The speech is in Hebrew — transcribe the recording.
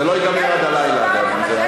זה לא ייגמר עד הלילה, אגב.